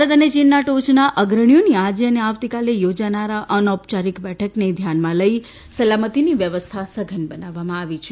ભારત અને ચીનના ટોચના અગ્રણીઓની આજે અને આવતીકાલે યોજાનારી આ અનૌપયારિક બેઠકને ધ્યાનમાં લઈ સલામતીની વ્યવસ્થા સઘન બનાવવામાં આવી છે